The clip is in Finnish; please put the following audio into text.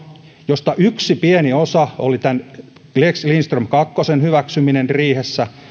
josta yksi pieni osa oli lex lindström kakkosen hyväksyminen riihessä